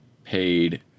paid